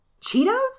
Cheetos